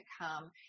come